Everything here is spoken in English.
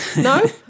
No